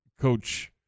Coach –